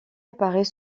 apparaît